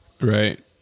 Right